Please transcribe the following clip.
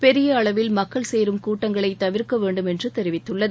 பெரிய அளவில் மக்கள் சேரும் கூட்டங்களை தவிர்க்க வேண்டும் என்று தெரிவித்துள்ளது